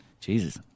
Jesus